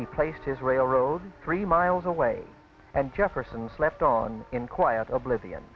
the place his railroad three miles away and jefferson slept on in quiet oblivion